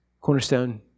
Cornerstone